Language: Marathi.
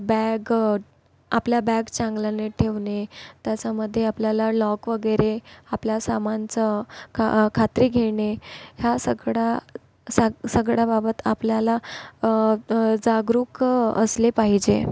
बॅग आपल्या बॅग चांगल्याने ठेवणे त्याच्यामधे आपल्याला लॉक वगैरे आपल्या सामानचं खात्री घेणे या सगळ्या सगळ्याबाबत आपल्याला जागरूक असले पाहिजे